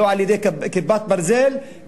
לא על-ידי "כיפת ברזל",